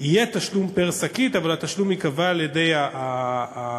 יהיה תשלום פר-שקית אבל תשלום שייקבע על-ידי הקמעונאי,